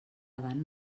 avant